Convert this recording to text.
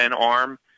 arm